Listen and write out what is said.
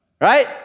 right